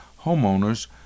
homeowners